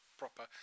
proper